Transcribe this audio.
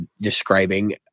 describing